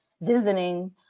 visiting